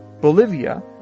Bolivia